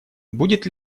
будет